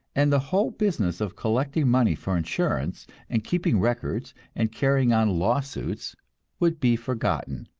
and the whole business of collecting money for insurance and keeping records and carrying on lawsuits would be forgotten.